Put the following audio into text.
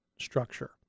structure